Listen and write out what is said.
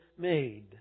made